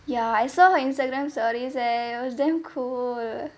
ya I saw her Instagram stories eh it was damn cool eh